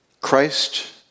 Christ